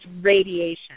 radiation